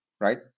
right